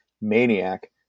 Maniac